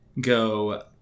go